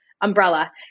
umbrella